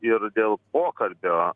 ir dėl pokalbio